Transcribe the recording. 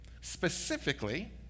Specifically